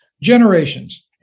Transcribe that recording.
generations